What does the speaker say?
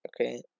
okay